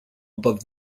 above